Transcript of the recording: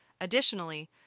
Additionally